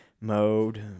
mode